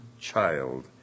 child